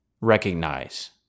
recognize